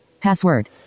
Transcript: Password